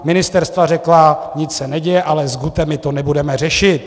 Ministerstva řekla: Nic se neděje, alles gute, my to nebudeme řešit.